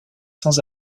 sans